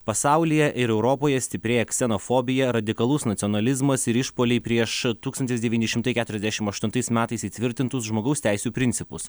pasaulyje ir europoje stiprėja ksenofobija radikalus nacionalizmas ir išpuoliai prieš tūkstantis devyni šimtai keturiasdešim aštuntais metais įtvirtintus žmogaus teisių principus